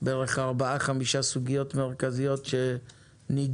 בערך ארבעה חמישה סוגיות מרכזיות שנידונו,